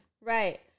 Right